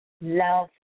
Love